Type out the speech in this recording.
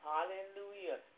Hallelujah